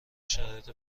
شرایط